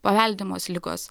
paveldimos ligos